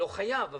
זה לא חייב להיות,